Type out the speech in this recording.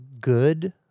good